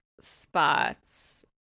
spots